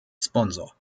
sponsor